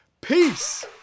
peace